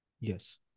Yes